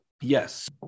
Yes